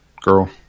girl